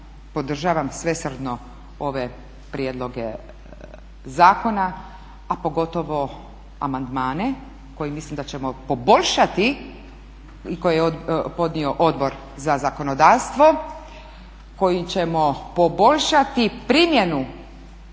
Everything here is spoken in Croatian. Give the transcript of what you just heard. podržavam svesrdno ove prijedloge zakona, a pogotovo amandmane kojim mislim da ćemo poboljšati i koje je podnio Odbor za zakonodavstvo kojim ćemo poboljšati primjenu